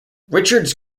richards